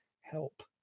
help